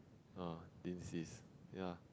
orh dean's list ya